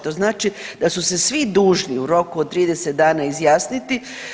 To znači da su se svi dužni u roku od 30 dana izjasniti.